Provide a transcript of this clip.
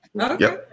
okay